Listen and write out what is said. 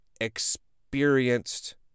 experienced